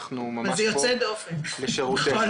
אנחנו ממש פה לשירותך.